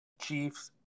Chief's